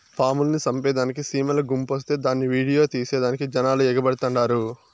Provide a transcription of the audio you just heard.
పాముల్ని సంపేదానికి సీమల గుంపొస్తే దాన్ని ఈడియో తీసేదానికి జనాలు ఎగబడతండారు